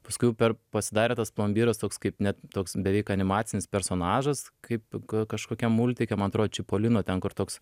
paskui jau per pasidarė tas plombyras toks kaip net toks beveik animacinis personažas kaip kažkokiam multike man atrodo čipolino ten kur toks